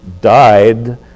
died